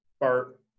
Bart